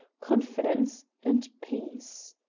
confidence, and peace.